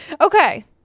okay